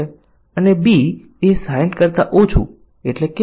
હું એમ કહી રહ્યો હતો કે મોટી સંખ્યામાં વ્હાઇટ બોક્સ પરીક્ષણ તકનીકીઓ છે